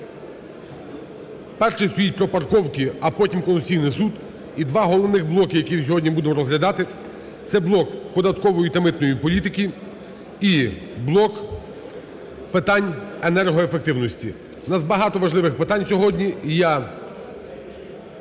Першим стоїть про парковки, а потім Конституційний Суд. І два головні блоки, які сьогодні будемо розглядати, це блок податкової та митної політики, і блок питань енергоефективності. У нас багато важливих питань сьогодні,